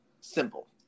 Simple